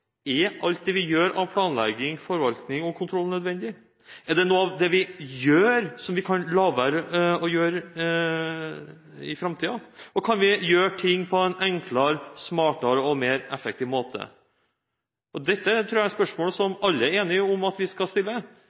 er: Er alt det vi gjør av planlegging, forvaltning og kontroll nødvendig? Er det noe av det vi gjør, som vi kan la være å gjøre i framtiden? Og kan vi gjøre ting på en enklere, smartere og mer effektiv måte? Dette er spørsmål som jeg tror alle er enig om at vi skal stille,